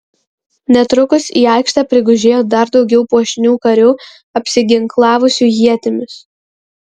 netrukus į aikštę prigužėjo dar daugiau puošnių karių apsiginklavusių ietimis